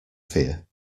fear